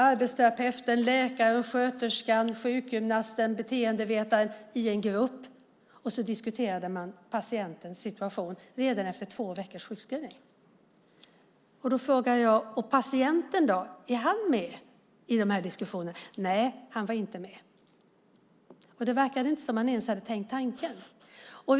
Arbetsterapeuten, läkaren, sköterskan, sjukgymnasten och beteendevetaren satt i en grupp och diskuterade patientens situation redan efter två veckors sjukskrivning. Jag frågade om patienten var med i den här diskussionen. Nej, han var inte med. Det verkade inte som om man ens hade tänkt tanken.